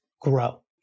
grow